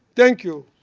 thank you.